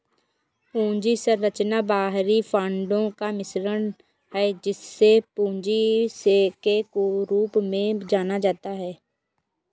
पूंजी संरचना बाहरी फंडों का मिश्रण है, जिसे पूंजी के रूप में जाना जाता है